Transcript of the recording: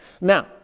Now